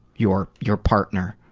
your your partner?